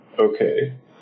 Okay